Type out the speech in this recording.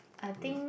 I think